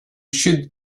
should